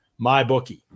MyBookie